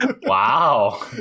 Wow